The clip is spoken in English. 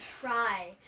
try